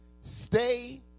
Stay